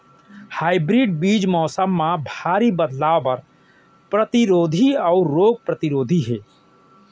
hybrid बीज मौसम मा भारी बदलाव बर परतिरोधी अऊ रोग परतिरोधी हे